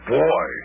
boy